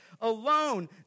alone